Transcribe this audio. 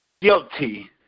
guilty